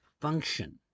function